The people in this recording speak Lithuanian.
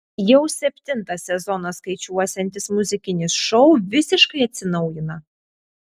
jau septintą sezoną skaičiuosiantis muzikinis šou visiškai atsinaujina